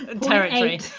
territory